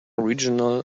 regional